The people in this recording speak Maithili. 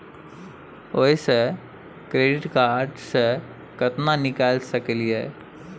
ओयसे क्रेडिट कार्ड से केतना निकाल सकलियै?